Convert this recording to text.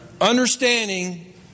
Understanding